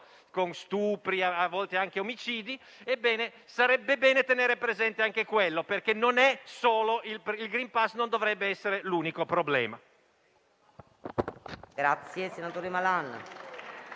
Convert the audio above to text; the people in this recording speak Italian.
con stupri e a volte anche omicidi, ebbene sarebbe opportuno tenere presente anche quello, perché il *green pass* non dovrebbe essere l'unico problema.